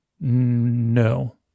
No